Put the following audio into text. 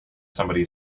somebody